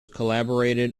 collaborated